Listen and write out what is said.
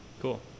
Cool